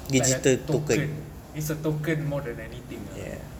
like a token is a token more than anything ah